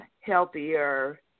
healthier